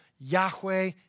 Yahweh